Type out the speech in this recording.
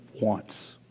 wants